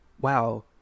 Wow